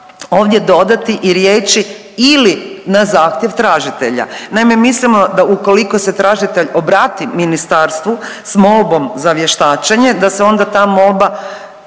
ovdje dodati i riječi ili na zahtjev tražitelja. Naime, mislimo da ukoliko se tražitelj obrati ministarstvu s molbom za vještačenje da se onda ta molba